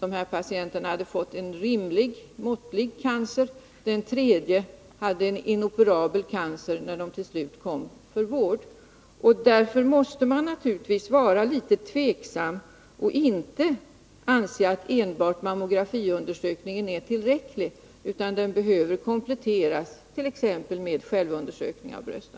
dem hade sedan fått en måttlig cancer, medan den tredje hade en inoperabel cancer när hon till slut kom för att få vård. Detta visar att man naturligtvis måste vara litet försiktig och att man inte kan anse att enbart mammografiundersökningen är tillräcklig. Den behöver kompletteras, t.ex. med självundersökning av brösten.